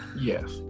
Yes